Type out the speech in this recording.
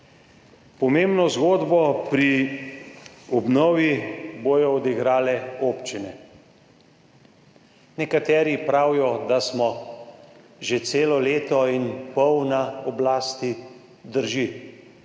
Pomembno zgodbo pri obnovi bodo odigrale občine. Nekateri pravijo, da smo že celo leto in pol na oblasti. Drži,